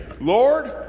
Lord